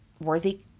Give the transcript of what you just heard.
worthy